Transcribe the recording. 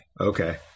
Okay